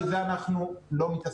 בזה אנחנו לא מתעסקים.